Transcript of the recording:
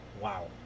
wow